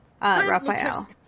Raphael